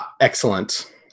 Excellent